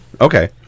Okay